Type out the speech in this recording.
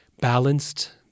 balanced